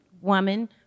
woman